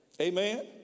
Amen